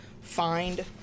find